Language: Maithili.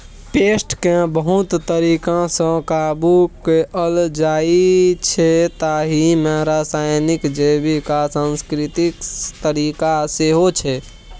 पेस्टकेँ बहुत तरीकासँ काबु कएल जाइछै ताहि मे रासायनिक, जैबिक आ सांस्कृतिक तरीका सेहो छै